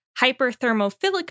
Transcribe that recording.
hyperthermophilic